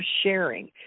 sharing